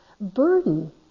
burden